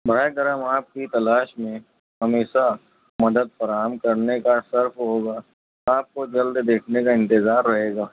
براہِ کرم آپ کی تلاش میں ہمیشہ مدد فراہم کرنے کا شرف ہوگا آپ کو جلد دیکھنے کا انتظار رہے گا